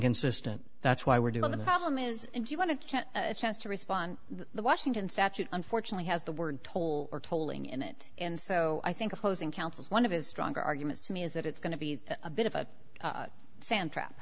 consistent that's why we're doing the problem is and you want to chance to respond the washington statute unfortunately has the word toll or tolling in it and so i think opposing counsel is one of his stronger arguments to me is that it's going to be a bit of a sand trap